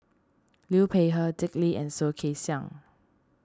Liu Peihe Dick Lee and Soh Kay Siang